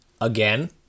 again